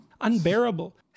unbearable